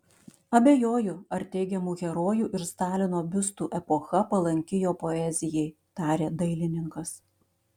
abejoju ar teigiamų herojų ir stalino biustų epocha palanki jo poezijai tarė dailininkas